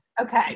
Okay